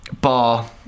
bar